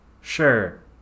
Sure